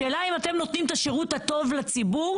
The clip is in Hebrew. השאלה אם אתם נותנים את השירות הטוב לציבור.